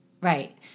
Right